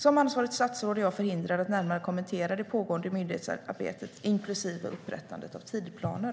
Som ansvarigt statsråd är jag förhindrad att närmare kommentera det pågående myndighetsarbetet, inklusive upprättandet av tidsplaner.